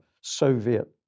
Soviet